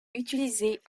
utilisé